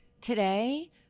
today